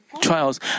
trials